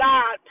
God